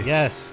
Yes